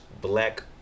black